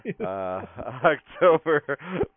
October